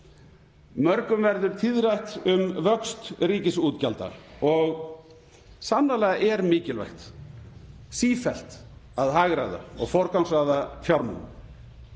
Mörgum verður tíðrætt um vöxt ríkisútgjalda og sannarlega er mikilvægt sífellt að hagræða og forgangsraða fjármunum.